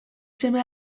seme